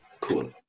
Cool